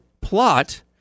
plot